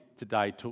today